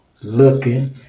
looking